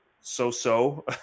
so-so